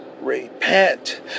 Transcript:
Repent